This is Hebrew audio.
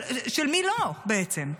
של מי לא, בעצם?